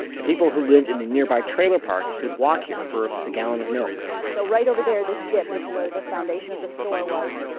and people who lived in the nearby trailer park could walk here for a gallon of milk so right over there, this dip is where the foundation of the store was,